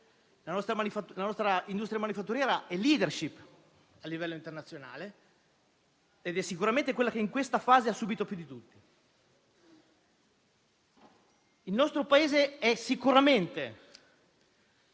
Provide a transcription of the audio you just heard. La nostra industria manifatturiera è *leader* a livello internazionale ed è sicuramente quella che in questa fase ha subìto più danni. Il nostro Paese è sicuramente